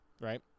Right